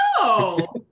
No